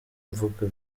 mvuga